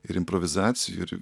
ir improvizacijų ir